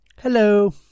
hello